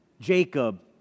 Jacob